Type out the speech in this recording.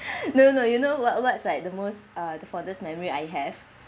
no no you know what what's like the most uh fondest memory I have